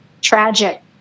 tragic